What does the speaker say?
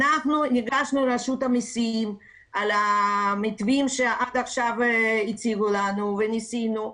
אנחנו ניגשנו לרשות המסים על המתווים שעד עכשיו הציבו לנו וניסינו.